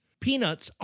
Peanuts